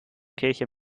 kirche